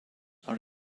are